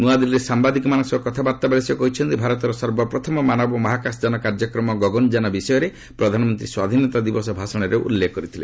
ନ୍ତଆଦିଲ୍ଲୀରେ ସାମ୍ବାଦିକମାନଙ୍କ ସହ କଥାବାର୍ତ୍ତାବେଳେ ସେ କହିଛନ୍ତି ଭାରତର ସର୍ବପ୍ରଥମ ମାନବ ମହାକାଶଯାନ କାର୍ଯ୍ୟକ୍ରମ ଗଗନଯାନ ବିଷୟରେ ପ୍ରଧାନମନ୍ତୀ ସ୍ୱାଧୀନତା ଦିବସ ଭାଷଣରେ ଘୋଷଣା କରିଥିଲେ